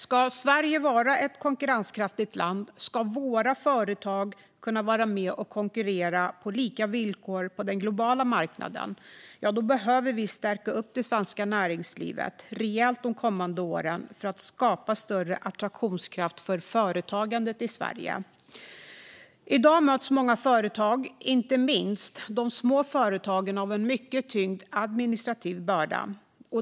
Om Sverige ska vara ett konkurrenskraftigt land och om våra företag ska kunna vara med och konkurrera på lika villkor på den globala marknaden behöver vi stärka upp det svenska näringslivet rejält de kommande åren för att skapa större attraktionskraft för företagandet i Sverige. I dag möts många företag, inte minst de små företagen, av en mycket tung administrativ börda.